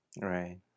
Right